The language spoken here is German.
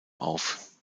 auf